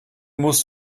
musst